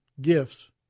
gifts